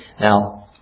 Now